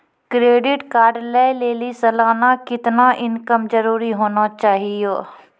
Credit card लय लेली सालाना कितना इनकम जरूरी होना चहियों?